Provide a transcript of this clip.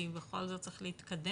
כי בכל זאת צריך להתקדם.